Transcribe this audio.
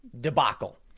debacle